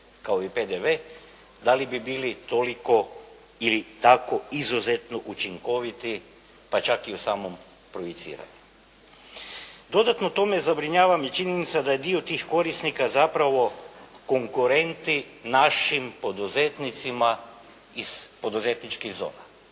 kao i PDV, da li bi bili toliko i tako izuzetno učinkoviti pa čak i u samom projiciranju? Dodatno tome zabrinjava me činjenica da je dio tih korisnika zapravo konkurent našim poduzetnicima iz poduzetničkih zona,